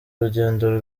urugendo